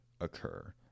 occur